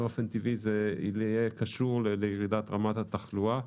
באופן טבעי זה יהיה קשור לירידת רמת התחלואה.